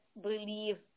believe